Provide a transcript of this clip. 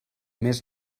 mes